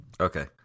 Okay